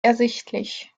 ersichtlich